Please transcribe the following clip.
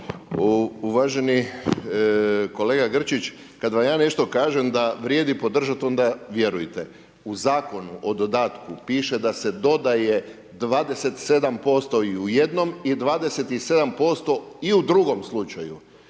Uvaženi kolega Grčić, kad vam ja nešto kažem da vrijedi podržat, onda vjerujte. U Zakonu o dodatku, piše da se dodaje 27% i u jednom, i 27% i u drugom slučaju.